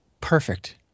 perfect